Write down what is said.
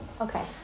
Okay